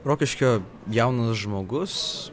rokiškio jaunas žmogus